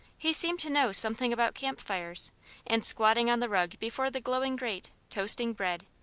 he seemed to know something about camp-fires and squatting on the rug before the glowing grate, toasting bread,